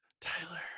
Tyler